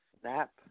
snap